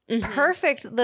perfect